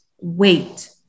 wait